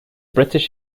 british